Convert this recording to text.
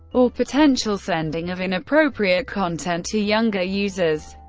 or potential sending of inappropriate content to younger users,